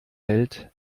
welt